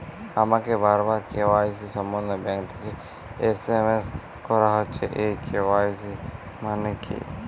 আমাকে বারবার কে.ওয়াই.সি সম্বন্ধে ব্যাংক থেকে এস.এম.এস করা হচ্ছে এই কে.ওয়াই.সি মানে কী?